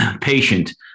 patient